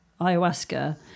ayahuasca